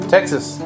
Texas